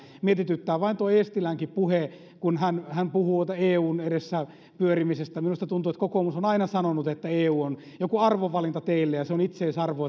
mietityttää vain tuo eestilänkin puhe kun hän hän puhuu eun edessä pyörimisestä minusta tuntuu että kokoomus on aina sanonut että eu on joku arvovalinta teille ja se on itseisarvo